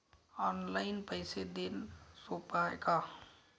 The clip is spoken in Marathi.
ऑनलाईन पैसे देण सोप हाय का?